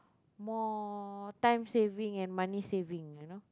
more time saving and money saving you know